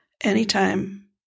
anytime